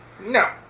No